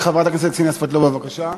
חברת הכנסת קסניה סבטלובה, בבקשה.